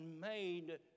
made